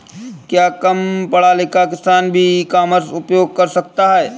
क्या कम पढ़ा लिखा किसान भी ई कॉमर्स का उपयोग कर सकता है?